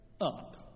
up